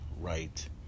Right